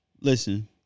listen